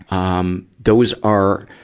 um those are,